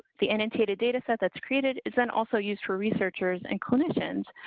the annotated data set that's created is then also used for researchers and clinicians,